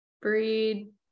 Breed